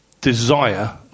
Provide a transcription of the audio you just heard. desire